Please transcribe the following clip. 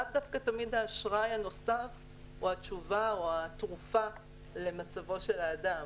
לאו דווקא האשראי הנוסף הוא תמיד התשובה או התרופה למצבו של האדם,